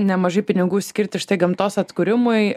nemažai pinigų skirti štai gamtos atkūrimui